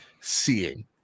seeing